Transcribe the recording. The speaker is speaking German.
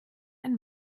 ein